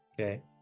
Okay